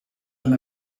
and